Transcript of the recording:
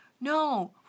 no